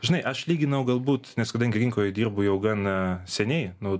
žinai aš lyginau galbūt nes kadangi rinkoje dirbu jau gana seniai nuo du